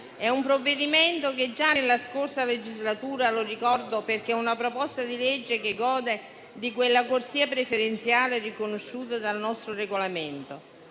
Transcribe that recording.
È un provvedimento che già nella scorsa legislatura - lo ricordo, perché è una proposta di legge che gode di quella corsia preferenziale riconosciuta dal nostro Regolamento,